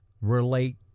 relate